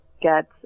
get